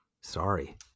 Sorry